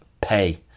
pay